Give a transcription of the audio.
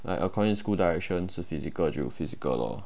like according to school direction 是 physical 就 physical lor